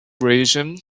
reason